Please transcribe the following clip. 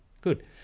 Good